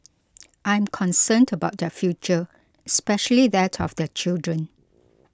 I am concerned about their future especially that of their children